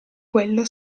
quello